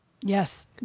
Yes